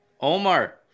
Omar